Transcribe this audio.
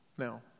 Now